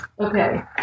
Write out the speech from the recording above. Okay